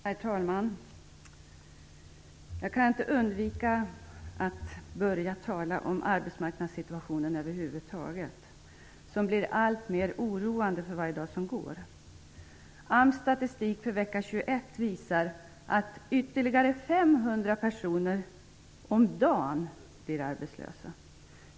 Herr talman! Jag kan inte undvika att börja med att tala om arbetsmarknadssituationen över huvud taget. Den blir alltmer oroande för varje dag som går. personer om dagen blir arbetslösa.